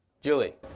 Julie